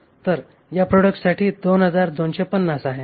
तर या प्रोडक्टसाठी हे 2250 आहे